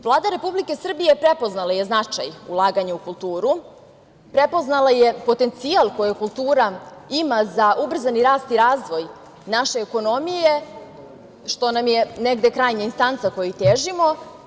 Vlada Republike Srbije prepoznala je značaj ulaganja u kulturu, prepoznala je potencijal koji kultura ima za ubrzani rast i razvoj naše ekonomije, što nam je negde krajnja instanca kojoj težimo.